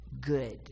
good